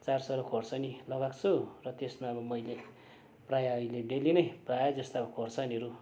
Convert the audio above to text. चार सयवटा खोर्सानी लगाएको छु र त्यसमा अब मैले प्रायः अहिले डेली नै प्रायः जस्तो खोर्सानीहरू टिप्छु